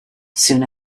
soon